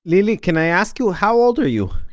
lily, can i ask you, how old are you?